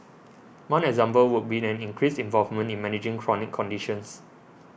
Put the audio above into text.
one example would be an increased involvement in managing chronic conditions